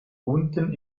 unten